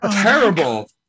terrible